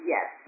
Yes